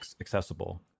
accessible